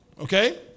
Okay